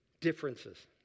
differences